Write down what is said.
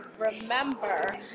remember